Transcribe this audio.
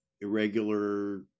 irregular